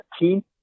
team